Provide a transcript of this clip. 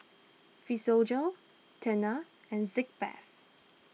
Physiogel Tena and Sitz Bath